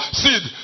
seed